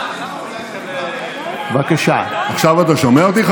עכשיו אתה שומע אותי,